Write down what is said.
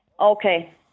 Okay